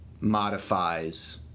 modifies